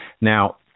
Now